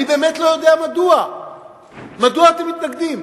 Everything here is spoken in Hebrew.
אני באמת לא יודע מדוע אתם מתנגדים.